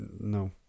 No